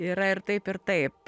yra ir taip ir taip